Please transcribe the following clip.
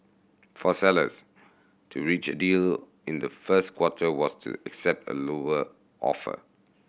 for sellers to reach a deal in the first quarter was to accept a lower offer